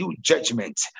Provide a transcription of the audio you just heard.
judgment